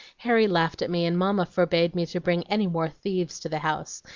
harry laughed at me, and mamma forbade me to bring any more thieves to the house,